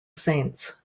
saints